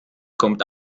kommt